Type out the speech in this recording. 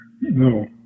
no